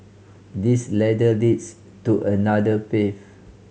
this ladder leads to another path